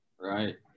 Right